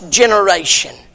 generation